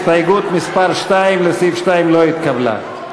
הסתייגות מס' 2 לסעיף 2 לא התקבלה.